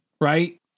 right